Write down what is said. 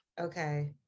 okay